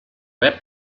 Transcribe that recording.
web